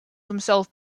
themselves